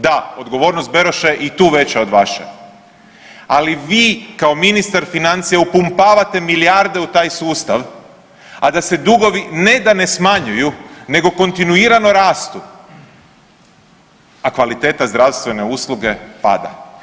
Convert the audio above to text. Da odgovornost Beroša je i tu veća od vaše, ali vi kao ministar financija upumpavate milijarde u taj sustav, a da se dugovi ne da ne smanjuju nego kontinuirano rastu, a kvaliteta zdravstvene usluge pada.